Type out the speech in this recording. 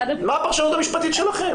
מה הפרשנות המשפטית שלכם?